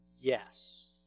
Yes